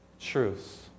truths